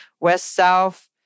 west-south